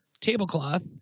tablecloth